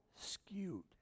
skewed